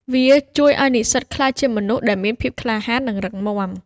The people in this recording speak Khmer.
វាជួយឱ្យនិស្សិតក្លាយជាមនុស្សដែលមានភាពក្លាហាន និងរឹងមាំ។